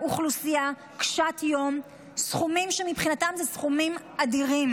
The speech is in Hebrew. אוכלוסייה קשת יום סכומים שמבחינתם הם סכומים אדירים.